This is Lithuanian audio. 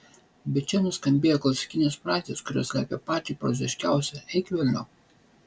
bet čia nuskambėjo klasikinės frazės kurios slepia patį proziškiausią eik velniop